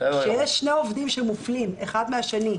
כשיש שני עובדים שמופלים אחד מהשני,